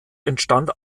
entstand